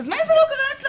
אז מה אם זה לא קרה אצלכם?